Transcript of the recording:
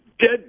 dead